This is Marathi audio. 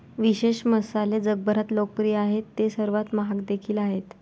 विशेष मसाले जगभरात लोकप्रिय आहेत आणि ते सर्वात महाग देखील आहेत